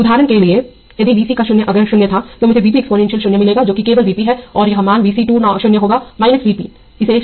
उदाहरण के लिए यदि V c का 0 अगर 0 था तो मुझे V p एक्सपोनेंशियल 0 मिलेगा जो कि केवल V p है और यह मान V c 2 0 होगा V p